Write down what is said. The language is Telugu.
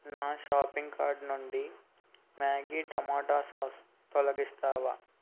నా షాపింగ్ కార్ట్ నుండి మ్యాగీ టమోటా సాస్ తొలగిస్తావా